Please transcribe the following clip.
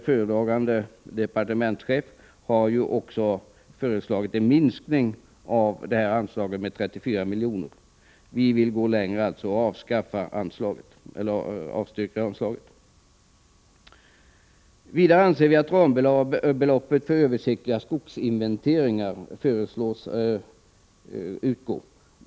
Föredragande departementschefen har också föreslagit en minskning av anslaget med 34 miljoner. Vi vill gå längre och avstyrker anslaget. Vi föreslår också att rambeloppet för översiktlig skogsinventering skall utgå.